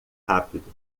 rápido